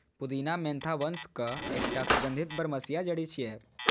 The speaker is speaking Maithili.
पुदीना मेंथा वंशक एकटा सुगंधित बरमसिया जड़ी छियै